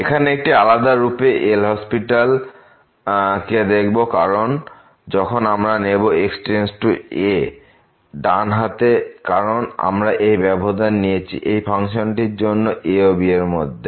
এখানে একটি আলাদা রূপে এল হসপিটাল দেখব কারণ যখন আমরা নেব x→a ডান হাতে কারণ আমরা এই ব্যবধান নিয়েছি এই ফাংশনটির জন্য a ও b এর মধ্যে